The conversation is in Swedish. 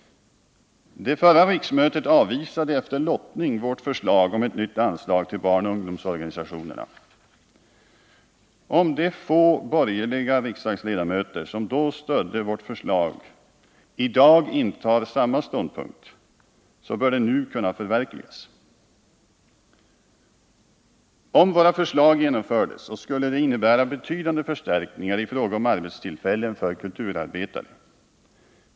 Det förra riksmötet avvisade efter lottning vårt förslag om ett nytt anslag till barnoch ungdomsorganisationerna. Om de få borgerliga riksdagsledamöter som då stödde vårt förslag i dag intar samma ståndpunkt, bör det nu kunna förverkligas. Om våra förslag genomfördes skulle det innebära betydande förstärkningar i fråga om arbetstillfällen för kulturarbetare.